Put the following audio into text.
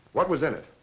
what was in it?